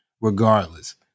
regardless